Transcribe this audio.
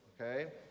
Okay